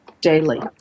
daily